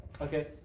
okay